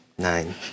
Nine